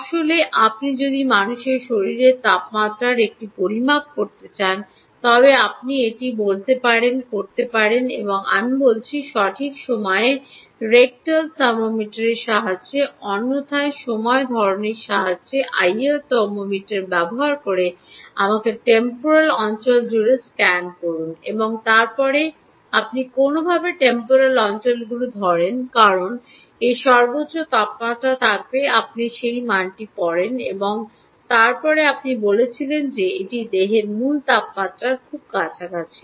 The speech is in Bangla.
আসলে আপনি যদি মানুষের শরীরের তাপমাত্রার একটি পরিমাপ করতে চান তবে আপনি এটি করতে পারতেন যেমন আমি বলেছি সঠিক উপায়ে মলদ্বার হয় অন্যথায় সাময়িক ধমনী এই সামান্য আইআর থার্মোমিটার ব্যবহার করে আমাদের টেম্পোরাল অঞ্চল জুড়ে স্ক্যান করুন এবং তারপরে আপনি কোনওভাবে টেম্পোরাল অঞ্চলগুলি ধরেন কারণ এর সর্বোচ্চ তাপমাত্রা থাকবে আপনি সেই মানটি পড়েন এবং তারপরে আপনি বলেছিলেন যে এটি দেহের মূল তাপমাত্রার খুব কাছাকাছি